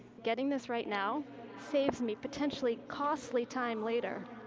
getting this right now saves me potentially costly time later.